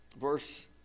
verse